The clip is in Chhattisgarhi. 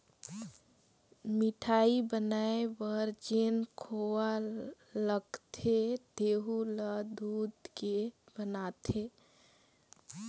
मिठाई बनाये बर जेन खोवा लगथे तेहु ल दूद के बनाथे